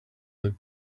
that